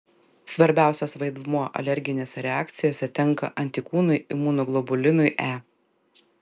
svarbiausias vaidmuo alerginėse reakcijose tenka antikūnui imunoglobulinui e